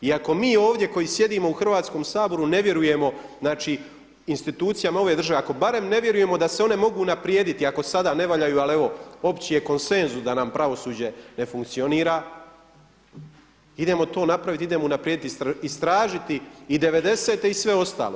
I ako mi ovdje koji sjedimo u Hrvatskom saboru ne vjerujemo, znači institucijama ove države, ako barem ne vjerujemo da se one mogu unaprijediti ako sada na valjaju, ali evo opći je konsenzus da nam pravosuđe ne funkcionira idemo to napraviti, idemo unaprijediti, istražiti i devedesete i sve ostalo.